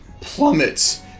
plummets